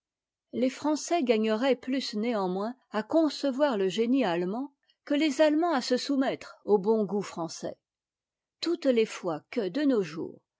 les français gagneraient plus néanmoins à concevoir le génie allemand que les allemands à se soumettre au bon goût français toutes les fois que de nos jours